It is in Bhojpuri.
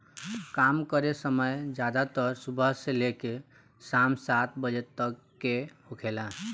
काम करे समय ज्यादातर सुबह से लेके साम सात बजे तक के होखेला